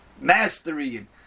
mastery